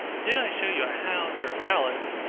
did i show you a house or palace,